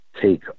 take